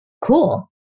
cool